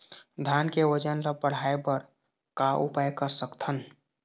धान के वजन ला बढ़ाएं बर का उपाय कर सकथन?